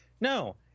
no